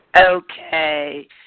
Okay